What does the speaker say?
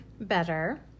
better